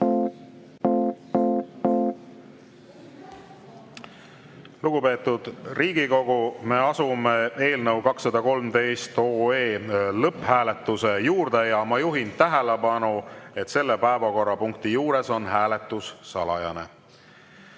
Lugupeetud Riigikogu, me asume eelnõu 213 lõpphääletuse juurde. Ma juhin tähelepanu, et selle päevakorrapunkti juures on hääletus salajane.